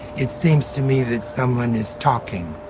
it seems to me that someone is talking.